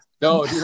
No